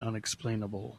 unexplainable